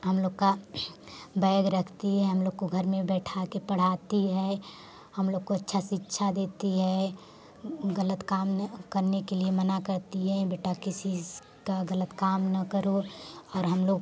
हम लोग का बैग रखती है हम लोग को घर में बैठा के पढ़ाती है हम लोग को अच्छा शिक्षा देती है गलत काम ना करने के लिए मना करती है बेटा किसी का गलत काम ना करो और हम लोग